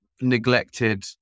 neglected